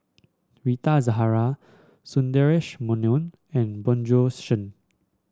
Rita Zahara Sundaresh Menon and Bjorn Shen